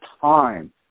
time